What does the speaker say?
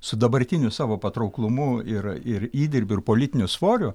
su dabartiniu savo patrauklumu ir ir įdirbiu ir politiniu svoriu